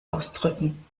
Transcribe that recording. ausdrücken